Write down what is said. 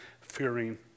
fearing